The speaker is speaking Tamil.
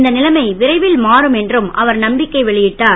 இந்த லைமை விரைவில் மாறும் என்றும் அவர் நம்பிக்கை வெளி ட்டார்